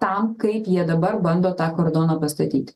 tam kaip jie dabar bando tą kordoną pastatyti